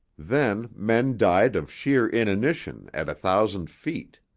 then men died of sheer inanition at a thousand feet.